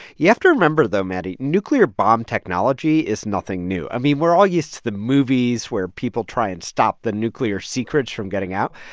you have to remember, though, maddie, nuclear bomb technology is nothing new. i mean, we're all used to the movies where people try and stop the nuclear secrets from getting out.